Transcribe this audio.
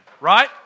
right